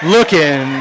Looking